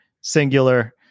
singular